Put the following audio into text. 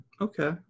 Okay